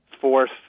force